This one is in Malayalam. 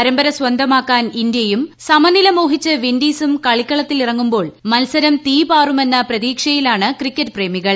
പരമ്പര സ്ട്ര്യമാക്കാൻ ഇന്ത്യയും സമനില മോഹിച്ച് വിന്റീസും കളിക്കളത്തിലിമ്പോൾ മത്സരം തീപാറുമെന്ന പ്രതീക്ഷയിലാണ് ക്രിക്കറ്റ് പ്രേമികൾ